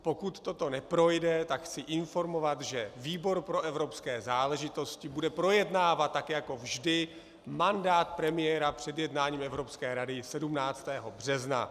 Pokud toto neprojde, tak chci informovat, že výbor pro evropské záležitosti bude projednávat, tak jako vždy, mandát premiéra před jednáním Evropské rady 17. března.